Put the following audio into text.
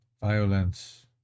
violence